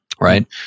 right